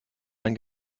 ein